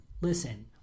listen